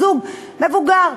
זוג מבוגר,